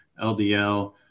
LDL